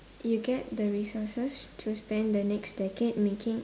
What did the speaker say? you get the resources to spend the next decade making